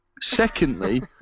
Secondly